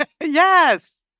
Yes